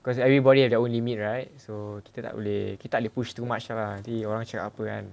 because everybody have their own limit right so kita tak boleh kita tak boleh push too much lah nanti orang cakap kan